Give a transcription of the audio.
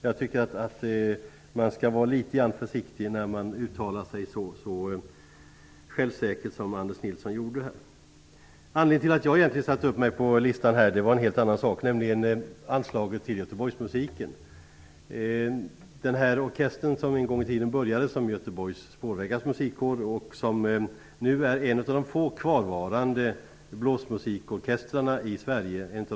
Jag tycker att man skall vara litet försiktig när man uttalar sig så självsäkert som Anledningen till att jag har anmält mig på talarlistan är något helt annat. Det gäller nämligen anslaget till Göteborgsmusiken. Den orkestern började en gång sin verksamhet som Göteborgs spårvägars musikkår, och den är nu en av få kvarvarande professionella blåsmusikorkestrar i Sverige.